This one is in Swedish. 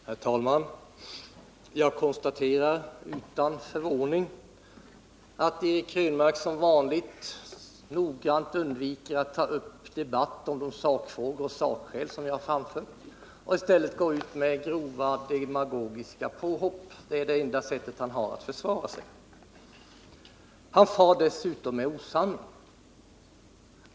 Herr talman! Jag konstaterar utan förvåning att Eric Krönmark som vanligt undviker att ta upp en debatt om de sakskäl som jag har framfört och i stället går ut med grova demagogiska påhopp. Det är det enda sätt han har att försvara sig på. Han far dessutom med osanning.